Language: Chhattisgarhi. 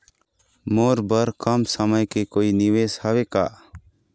मोर बर कम समय के कोई निवेश हावे का?